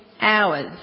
hours